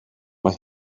mae